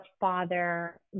father